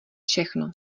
všechno